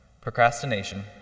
Procrastination